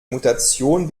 mutation